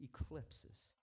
eclipses